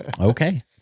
Okay